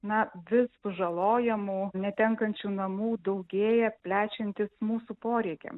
na vis sužalojamų netenkančių namų daugėja plečiantis mūsų poreikiam